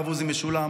הרב עוזי משולם,